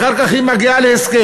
אחר כך היא מגיעה להסכם,